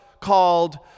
called